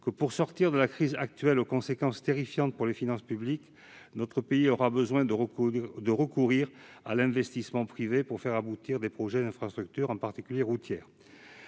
que, pour sortir de la crise actuelle, aux conséquences terrifiantes pour les finances publiques, notre pays aura besoin de recourir à l'investissement privé, afin de faire aboutir des projets d'infrastructures, en particulier routières.